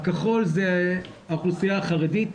הכחול זה האוכלוסייה החרדית,